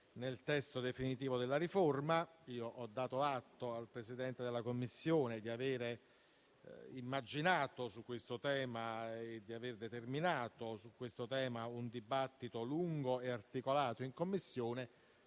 nel testo definitivo della riforma. Ho dato atto al Presidente della Commissione di aver immaginato e di aver determinato su questo tema un dibattito lungo e articolato in Commissione,